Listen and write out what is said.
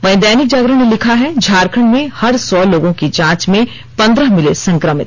वहीं दैनिक जागरण ने लिखा है झारखंड में हर सौ लोगों की जांच में पंद्रह मिले संक्रमित